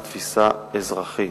על תפיסה אזרחית.